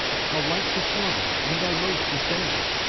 how like the former, and almost the same!